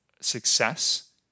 success